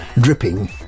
dripping